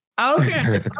Okay